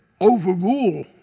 overrule